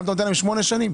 גם אתה נותן להם שמונה שנים?